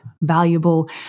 valuable